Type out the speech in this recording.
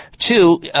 Two